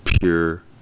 pure